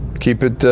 keep it